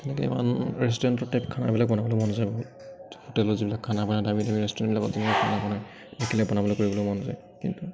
তেনেকৈ ইমান restaurant type খানাবিলাক বনাবলৈ মন যায় বহুত হোটেলৰ যিবিলাক খান বনায় দামি দামি ৰেষ্টুৰেণ্টবিলাকত যেনেকৈ খানা বনায় দেখিলে বনাবলৈ কৰিবলৈ মন যায় কিন্তু